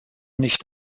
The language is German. nicht